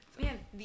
Man